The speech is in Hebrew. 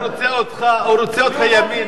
הוא רצה שיהיה משהו שאני מסכים אתו מאה אחוז.